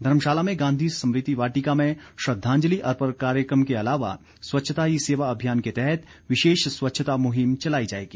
धर्मशाला में गांधी स्मृति वाटिका में श्रद्दांजलि अर्पण कार्यक्रम के अलावा स्वच्छता ही सेवा अभियान के तहत विशेष स्वच्छता मुहिम चलाई जाएगी